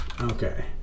Okay